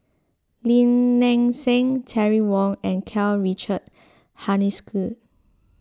Lim Nang Seng Terry Wong and Karl Richard Hanitsch